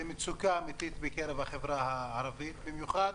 זו מצוקה אמיתית בקרב החברה הערבית, במיוחד